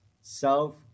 self